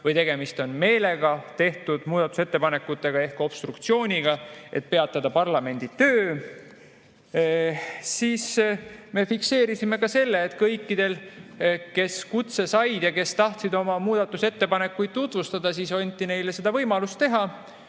või on tegemist meelega tehtud muudatusettepanekutega ehk obstruktsiooniga, et peatada parlamendi töö.Me fikseerisime ka selle, et kõikidele, kes kutse said ja kes tahtsid oma muudatusettepanekuid tutvustada, anti võimalus seda